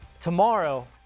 tomorrow